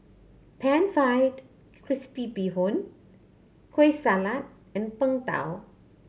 Pan Fried Crispy Bee Hoon Kueh Salat and Png Tao